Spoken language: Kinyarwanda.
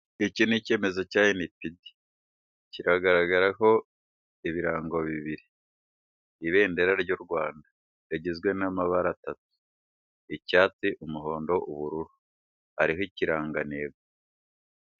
Iki ni icyemezo cya enipidi kigaragaraho ibirango bibiri ibendera ry'u Rwanda rigizwe n'amabara atatu icyatsi, umuhondo, ubururu hariho ikirangantego.